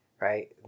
right